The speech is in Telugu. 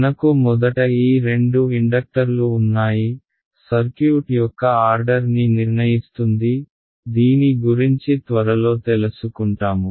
మనకు మొదట ఈ రెండు ఇండక్టర్లు ఉన్నాయి సర్క్యూట్ యొక్క ఆర్డర్ ని నిర్ణయిస్తుంది దీని గురించి త్వరలో తెలసుకుంటాము